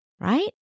right